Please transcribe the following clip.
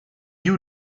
you